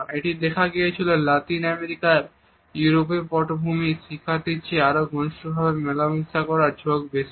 এটি দেখা গেছিল যে লাতিন আমেরিকানদের ইউরোপীয় পটভূমির শিক্ষার্থীদের চেয়ে আরও ঘনিষ্ঠভাবে মেলামেশা করার ঝোঁক বেশি